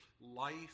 life